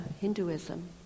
Hinduism